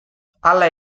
hala